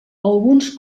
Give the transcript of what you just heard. alguns